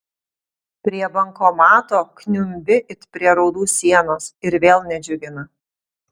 prie bankomato kniumbi it prie raudų sienos ir vėl nedžiugina